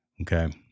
Okay